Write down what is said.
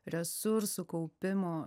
resursų kaupimo